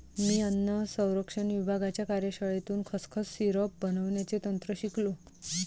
मी अन्न संरक्षण विभागाच्या कार्यशाळेतून खसखस सिरप बनवण्याचे तंत्र शिकलो